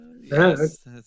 Yes